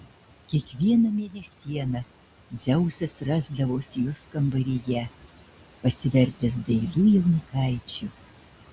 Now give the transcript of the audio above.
kiekvieną mėnesieną dzeusas rasdavosi jos kambaryje pasivertęs dailiu jaunikaičiu